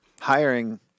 Hiring